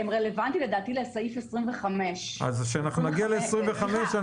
לדעתי הם רלוונטיים לסעיף 25. כשנגיע לסעיף 25,